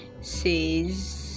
says